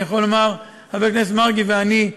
אני יכול לומר שחבר הכנסת מרגי ואני,